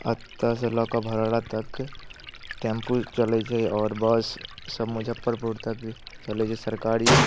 एतयसँ लऽ कऽ भड़वारा तक टेम्पू चलैत छै आओर बससभ मुजफ्फरपुर तक चलैत छै सरकारी